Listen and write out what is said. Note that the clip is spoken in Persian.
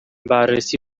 بررسی